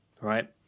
Right